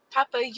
Papa